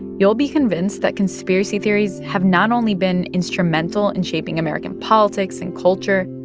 you'll be convinced that conspiracy theories have not only been instrumental in shaping american politics and culture,